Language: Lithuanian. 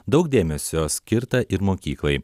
daug dėmesio skirta ir mokyklai